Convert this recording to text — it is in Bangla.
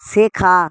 শেখা